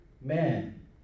Man